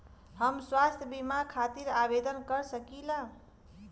हम स्वास्थ्य बीमा खातिर आवेदन कर सकीला?